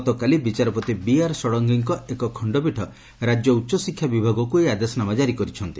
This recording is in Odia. ଗତକାଲି ବିଚାରପତି ବିଆର୍ ଷଡ଼ଙ୍ଗୀଙ୍କ ଏକ ଖଣ୍ଡପୀଠ ରାକ୍ୟ ଉଚ୍ଚଶିକ୍ଷା ବିଭାଗକୁ ଏହି ଆଦେଶନାମା ଜାରି କରିଛନ୍ତି